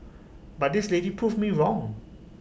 but this lady proved me wrong